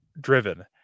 driven